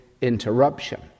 interruption